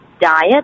diet